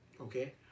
okay